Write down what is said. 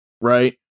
right